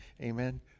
Amen